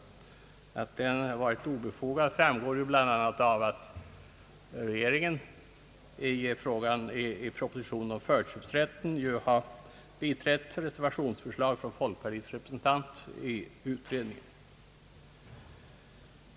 Att denna kritik varit obefogad framgår bl.a. av att regeringen i propositionen om förköpsrätten ju har biträtt reservationsförslag från folkpartiets representant i utredningen.